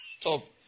top